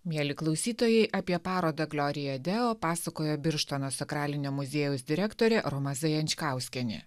mieli klausytojai apie parodą gloria deo pasakojo birštono sakralinio muziejaus direktorė roma zajančkauskienė